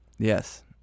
Yes